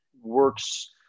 works